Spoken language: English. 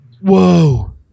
Whoa